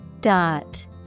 Dot